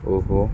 ਉਹ